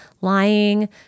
lying